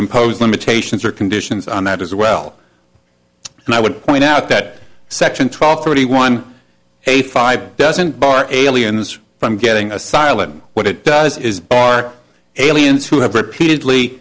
impose limitations or conditions on that as well and i would point out that section twelve thirty one a five doesn't bar aliens from getting asylum what it does is for aliens who have repeatedly